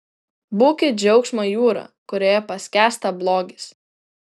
būkit džiaugsmo jūra kurioje paskęsta blogis